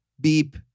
beep